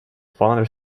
father